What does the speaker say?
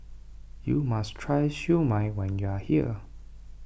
you must try Siew Mai when you are here